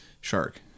shark